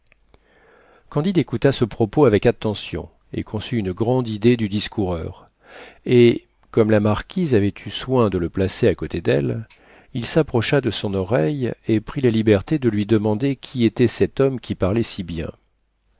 candide écouta ce propos avec attention et conçut une grande idée du discoureur et comme la marquise avait eu soin de le placer à côté d'elle il s'approcha de son oreille et prit la liberté de lui demander qui était cet homme qui parlait si bien